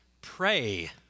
pray